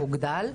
הוגדל?